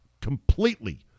completely